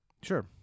Sure